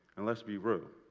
and let's be real.